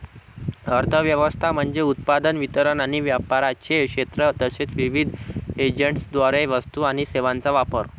अर्थ व्यवस्था म्हणजे उत्पादन, वितरण आणि व्यापाराचे क्षेत्र तसेच विविध एजंट्सद्वारे वस्तू आणि सेवांचा वापर